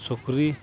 ᱥᱩᱠᱨᱤ